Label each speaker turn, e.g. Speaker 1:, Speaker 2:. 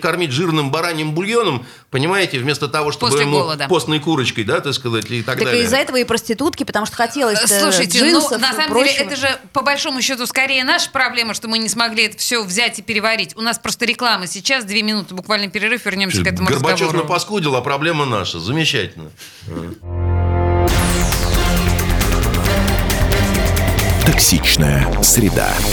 Speaker 1: кормить жирным бараньим бульоном, понимаете, вместо того, чтобы
Speaker 2: После
Speaker 1: ему
Speaker 2: голода.
Speaker 1: постной курочкой, да, так сказать, и так
Speaker 2: Так и
Speaker 1: далее.
Speaker 2: из-за этого и проститутки, потому что хотелось-то
Speaker 3: Слушайте,
Speaker 2: джинсов
Speaker 3: ну, на
Speaker 2: и
Speaker 3: самом деле
Speaker 2: прочего.
Speaker 3: это же, по большому счету, скорее наша проблема, что мы не смогли это всё взять и переварить. У нас просто реклама сейчас, две минуты буквально перерыв, вернемся к
Speaker 1: Чё,
Speaker 3: этому
Speaker 1: Горбачев
Speaker 3: разговору.
Speaker 1: напаскудил, а проблема наша. Замечательно.
Speaker 4: Токсичная среда.